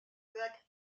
poète